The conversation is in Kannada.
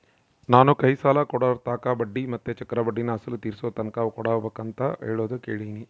ನಾನು ಕೈ ಸಾಲ ಕೊಡೋರ್ತಾಕ ಬಡ್ಡಿ ಮತ್ತೆ ಚಕ್ರಬಡ್ಡಿನ ಅಸಲು ತೀರಿಸೋತಕನ ಕೊಡಬಕಂತ ಹೇಳೋದು ಕೇಳಿನಿ